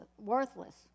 worthless